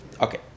Okay